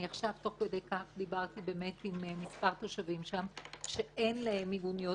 אני עכשיו תוך כדי כך דיברתי באמת עם מספר תושבים שם שאין להם מיגוניות.